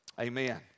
amen